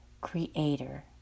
creator